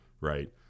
right